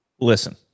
listen